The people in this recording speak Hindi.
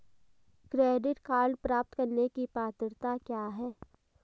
क्रेडिट कार्ड प्राप्त करने की पात्रता क्या है?